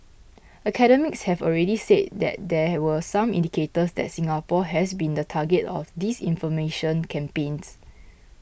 academics have already said that there were some indicators that Singapore has been the target of disinformation campaigns